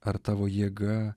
ar tavo jėga